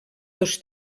dos